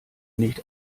nicht